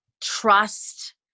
trust